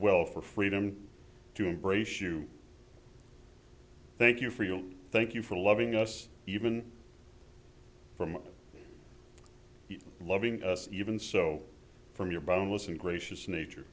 well for freedom to embrace you thank you for your thank you for loving us even from loving us even so from your boundless and gracious nature